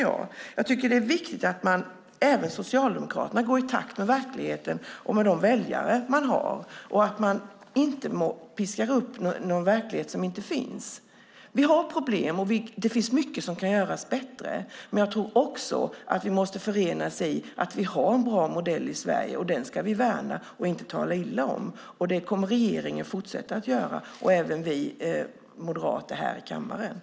Jag tycker att det är viktigt att även Socialdemokraterna går i takt med verkligheten och med de väljare man har. Det är viktigt att man inte beskriver en verklighet som inte finns. Vi har problem, och det finns mycket som kan göras bättre. Men jag tror att vi måste ena oss om att vi har en bra modell i Sverige, och den ska vi värna och inte tala illa om. Det kommer regeringen och vi moderater här i kammaren att fortsätta att göra.